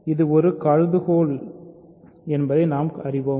இது ஒரு கருதுகோள் யானது என்பதை நாம் அறிவோம்